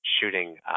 shooting